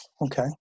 okay